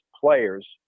players